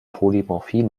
polymorphie